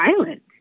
violent